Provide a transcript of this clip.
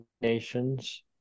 nations